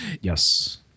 Yes